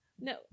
No